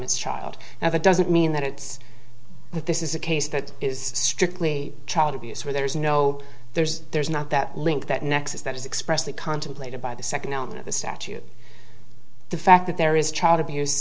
its child now that doesn't mean that it's that this is a case that is strictly child abuse where there is no there's there's not that link that nexus that is expressly contemplated by the second element of the statute the fact that there is child abuse